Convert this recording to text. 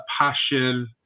passion